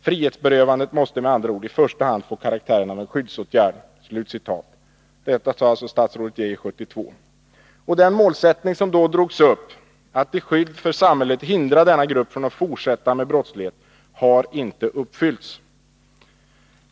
Frihetsberövandet måste med andra ord i första hand få karaktären av en skyddsåtgärd.” Detta sade alltså statsrådet Geijer 1972. Den målsättning som då drogs upp, att till skydd för samhället hindra denna grupp från att fortsätta med brottslighet, har inte uppfyllts.